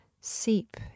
seep